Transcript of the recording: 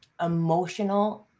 emotional